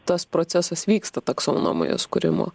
tas procesas vyksta taksonomijos kūrimo